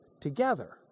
together